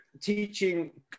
teaching